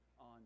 on